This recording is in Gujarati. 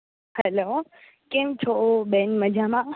હેલો કેમછો બેન મજામાં